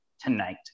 tonight